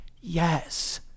Yes